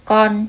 Con